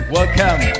Welcome